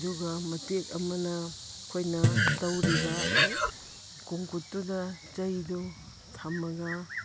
ꯑꯗꯨꯒ ꯃꯇꯦꯛ ꯑꯃꯅ ꯑꯩꯈꯣꯏꯅ ꯇꯧꯔꯤꯕ ꯀꯣꯡꯀꯨꯠꯇꯨꯗ ꯆꯩꯗꯨ ꯊꯝꯃꯒ